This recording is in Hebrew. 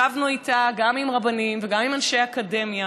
ישבנו עליה גם עם רבנים וגם אנשי אקדמיה,